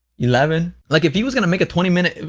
eleven. like, if he was gonna make a twenty minute,